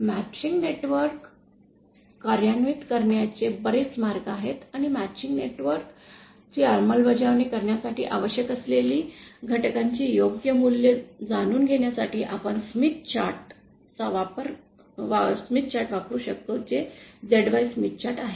matching network कार्यान्वित करण्याचे बरेच मार्ग आहेत आणि मॅचिंग नेटवर्क ची अंमलबजावणी करण्यासाठी आवश्यक असलेल्या घटकांची योग्य मूल्ये जाणून घेण्यासाठी आपण स्मिथ चार्ट वापरू शकतो जे ZY स्मिथ चार्ट आहे